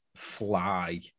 Fly